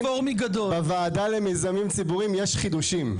בוועדה למיזמים ציבוריים יש חידושים.